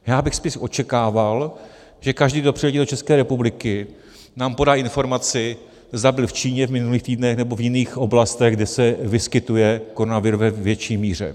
Já bych spíš očekával, že každý, kdo přiletí do České republiky, nám podá informaci, zda byl v Číně v minulých týdnech, nebo v jiných oblastech, kde se vyskytuje koronavirus ve větší míře.